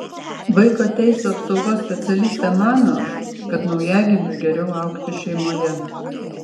vaiko teisių apsaugos specialistė mano kad naujagimiui geriau augti šeimoje